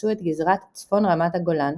שיכסו את גזרת צפון רמת הגולן